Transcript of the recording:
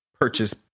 purchase